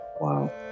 Wow